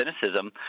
cynicism